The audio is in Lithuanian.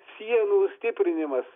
sienų stiprinimas